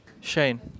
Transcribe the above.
Shane